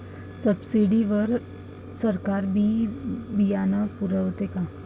Subsidy वर सरकार बी बियानं पुरवते का?